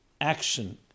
Action